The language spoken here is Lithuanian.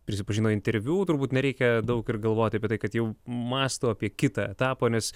prisipažino interviu turbūt nereikia daug ir galvoti apie tai kad jau mąsto apie kitą etapą nes